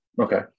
Okay